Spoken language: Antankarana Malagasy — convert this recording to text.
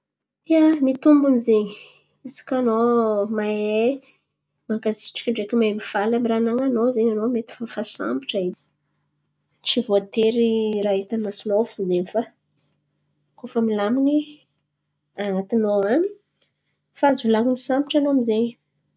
Ia, ny tombony zen̈y izy kà anao mahay mankasitraka ndreky mahay mifaly amy raha anan̈anao zen̈y anao mety fa fa sambatra edy. Tsy voatery raha hitan'ny masonao fo zen̈y fa koa fa milamin̈y an̈atinao an̈y fa azo volan̈iny sambatra anao amy zen̈y.